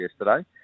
yesterday